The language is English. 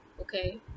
okay